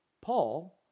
Paul